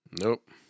Nope